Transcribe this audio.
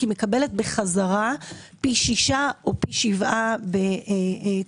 היא מקבלת חזרה פי שישה או פי שבעה בתקבולים.